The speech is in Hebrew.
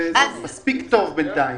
זה מספיק טוב בינתיים.